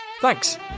Thanks